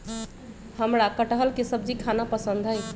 हमरा कठहल के सब्जी खाना पसंद हई